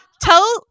tell